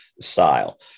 style